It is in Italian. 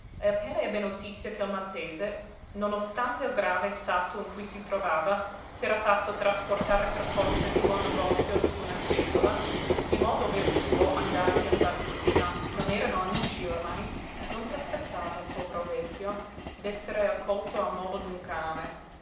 e appena ebbe notizia che il maltese non ostante il grave stato in cui si trovava s'era fatto trasportare per forza giú al negozio su una seggiola stimò dover suo andargli a far visita non erano amici oramai non s'aspettava povero vecchio d'essere accolto a modo d'un cane